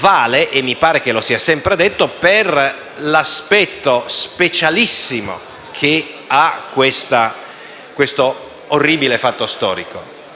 vale - e mi pare che lo si è sempre detto - per l'aspetto specialissimo che ha questo orribile fatto storico.